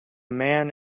man